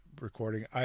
recording